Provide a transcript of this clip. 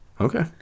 Okay